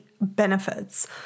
benefits